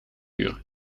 uur